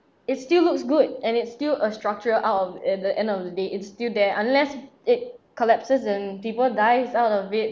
it still looks good and it's still a structure out of at the end of the day it's still there unless it collapses and people dies out of it